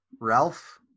Ralph